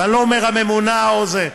ואני לא אומר הממונָה או זה,